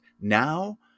Now